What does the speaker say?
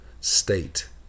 state